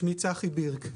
שמי צחי בירק,